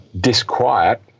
disquiet